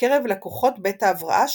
בקרב לקוחות בית ההבראה,